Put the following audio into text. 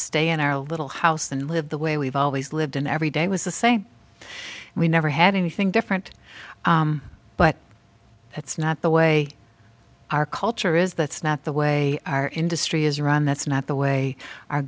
stay in our a little house and live the way we've always lived in every day was to say we never had anything different but that's not the way our culture is that's not the way our industry is run that's not the way our